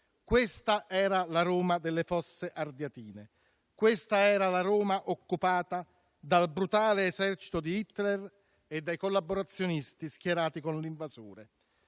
Questa era la Roma delle Fosse ardeatine. Questa era la Roma occupata dal brutale esercito di Hitler e dai collaborazionisti schierati con l'invasore.